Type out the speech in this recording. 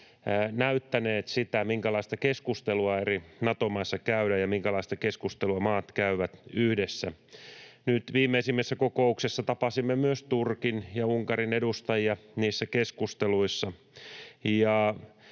näyttäneet sen, minkälaista keskustelua eri Nato-maissa käydä ja minkälaista keskustelua maat käyvät yhdessä. Nyt viimeisimmässä kokouksessa tapasimme myös Turkin ja Unkarin edustajia, ja niissäkin keskusteluissa